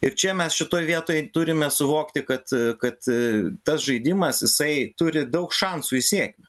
ir čia mes šitoj vietoj turime suvokti kad kad tas žaidimas jisai turi daug šansų į sėkmę